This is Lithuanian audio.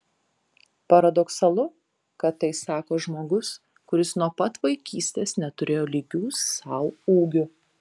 paradoksalu kad tai sako žmogus kuris nuo pat vaikystės neturėjo lygių sau ūgiu